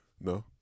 No